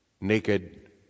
naked